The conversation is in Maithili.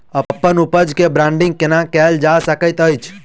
अप्पन उपज केँ ब्रांडिंग केना कैल जा सकैत अछि?